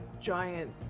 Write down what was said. giant